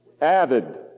Added